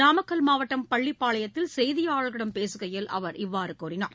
நாமக்கல் மாவட்டம் பள்ளிபாளையத்தில் செய்தியாளர்களிடம் பேசுகையில் அவர் இவ்வாறுகூறினார்